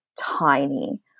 tiny